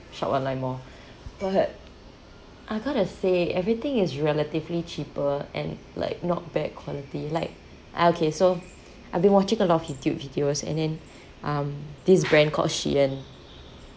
shop online more but I got to say everything is relatively cheaper and like not bad quality like ah okay so I've been watching a lot of youtube videos and then um this brand called shein